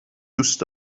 دوست